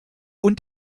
und